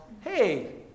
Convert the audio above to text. hey